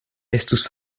estus